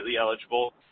eligible